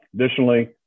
Additionally